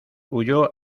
huyó